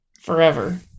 Forever